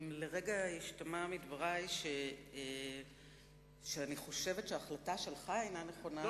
אם לרגע השתמע מדברי שאני חושבת שהחלטה שלך אינה נכונה,